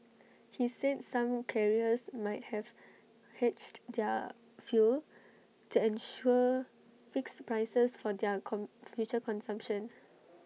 he said some carriers might have hedged their fuel to ensure fixed prices for their come future consumption